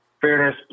fairness